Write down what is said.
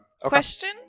question